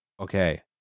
Okay